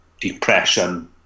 depression